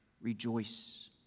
rejoice